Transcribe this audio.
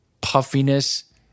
puffiness